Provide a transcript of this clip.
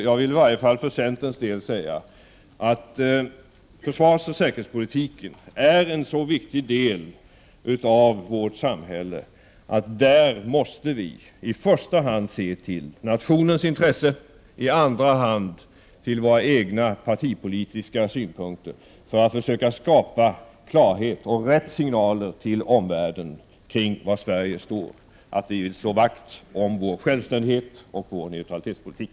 Jag vill i varje fall för centerns del säga att försvarsoch säkerhetspolitiken utgör en sådan viktig del av vårt samhälle att vi där i första hand måste se till nationens intresse och i andra hand till våra egna partipolitiska synpunkter för att försöka skapa klarhet och rätt signaler till omvärlden när det gäller Sveriges hållning: att vi vill slå vakt om vår självständighet och neutralitetspolitik.